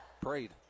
prayed